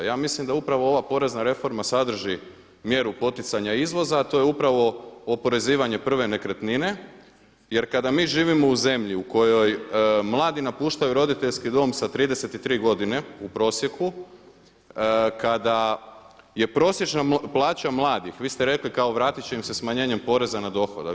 Ja mislim da upravo ova porezna reforma sadrži mjeru poticanja izvoza, a to je upravo oporezivanje prve nekretnine jer kada mi živimo u zemlji u kojoj mladi napuštaju roditeljski dom sa 33 godine u prosjeku, kada je prosječna plaća mladih, vi ste rekli kao vratit će im se smanjenjem poreza na dohodak.